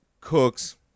cooks